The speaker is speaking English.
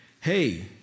hey